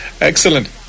Excellent